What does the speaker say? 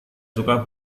suka